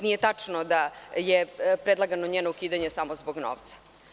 Nije tačno da je predlagano njeno ukidanje samo zbog novca.